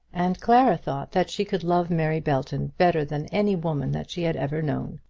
and clara thought that she could love mary belton better than any woman that she had ever known.